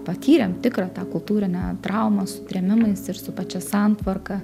patyrėm tikrą tą kultūrinę traumą su trėmimais ir su pačia santvarka